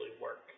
work